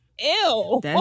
Ew